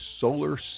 Solar